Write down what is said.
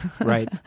Right